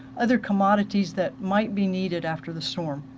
other commodities that might be needed after the storm.